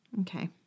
Okay